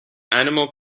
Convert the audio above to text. animal